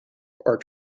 are